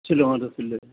শ্বিলঙত আছিলে